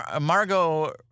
Margot